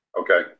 Okay